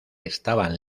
estaban